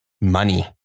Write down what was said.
money